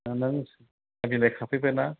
नों साहा बिलाइ खाफेरबाय ना